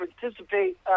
participate